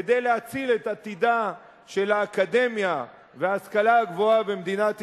כדי להציל את עתידה של האקדמיה ושל ההשכלה הגבוהה במדינת ישראל.